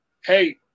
hey